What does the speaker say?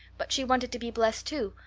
but she wanted to be blessed, too,